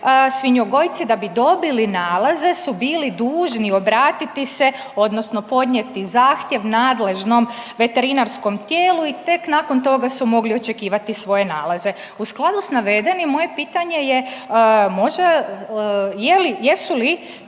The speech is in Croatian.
svinjogojci da bi dobili nalaze su bili dužni obratiti se odnosno podnijeti zahtjev nadležnom veterinarskom tijelu i tek nakon toga su mogli očekivati svoje nalaze. U skladu s navedenim moje pitanje je, jesu li